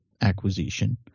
acquisition